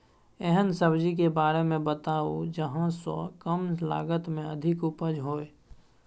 एहन सब्जी के बारे मे बताऊ जाहि सॅ कम लागत मे अधिक उपज होय?